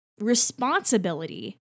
responsibility